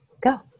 Go